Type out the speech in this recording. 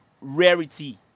rarity